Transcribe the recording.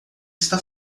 está